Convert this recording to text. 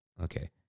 Okay